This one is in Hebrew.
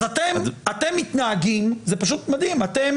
אז אתם, אתם מתנהגים, זה פשוט מדהים, אתם